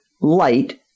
light